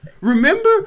Remember